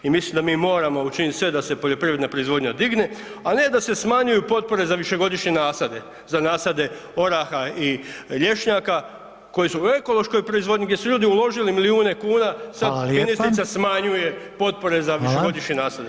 I mislim da mi moramo učinit sve da se poljoprivredna proizvodnja digne, a ne da se smanjuju potpore za višegodišnje nasade, za nasade oraha i lješnjaka koji su u ekološkoj proizvodnji gdje su ljudi uložili milijune kuna sada ministrica smanjuje potpore za višegodišnje nasade.